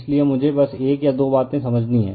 इसलिए मुझे बस एक या दो बातें समझनी हैं